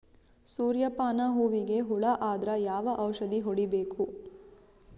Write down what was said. ಸೂರ್ಯ ಪಾನ ಹೂವಿಗೆ ಹುಳ ಆದ್ರ ಯಾವ ಔಷದ ಹೊಡಿಬೇಕು?